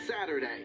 saturday